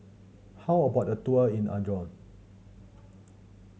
how about a tour in Andorra